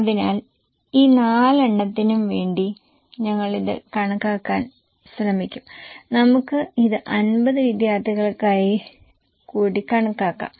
അതിനാൽ ഈ നാലെണ്ണത്തിനും വേണ്ടി ഞങ്ങൾ ഇത് കണക്കാക്കാൻ ശ്രമിക്കും നമുക്ക് ഇത് 50 വിദ്യാർത്ഥികൾക്കായി കൂടി കണക്കാക്കാം